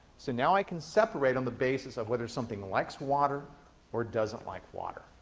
so now i can separate on the basis of whether something likes water or doesn't like water.